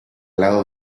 lado